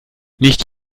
nicht